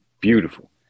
beautiful